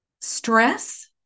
Stress